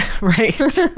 Right